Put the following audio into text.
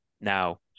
Now